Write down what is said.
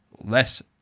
less